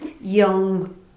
young